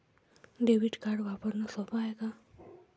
Debit card वापरणं सोप हाय का?